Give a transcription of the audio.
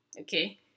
Okay